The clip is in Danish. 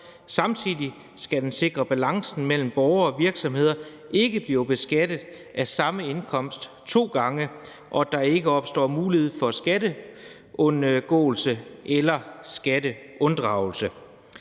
Samtidig skal den sikre, at borgere og virksomheder ikke bliver beskattet af samme indkomst to gange, og at der ikke opstår mulighed for skatteundgåelse eller skatteunddragelse.